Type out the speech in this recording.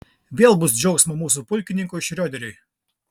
vėl bus džiaugsmo mūsų pulkininkui šrioderiui